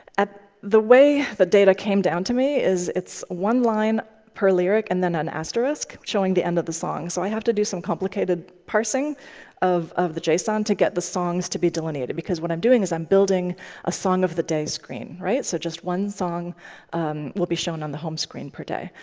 the way the data came down to me is it's one line per lyric and then an asterisk showing the end of the song. so i have to do some complicated parsing of of the json to get the songs to be delineated. because what i'm doing is i'm building a song of the day screen, so just one song will be shown on the home screen per day.